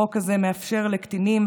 החוק הזה יאפשר לילדות וילדים,